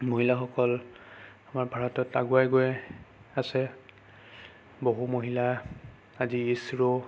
মহিলাসকল আমাৰ ভাৰতত আগুৱাই গৈ আছে বহু মহিলা আজি ইছৰ'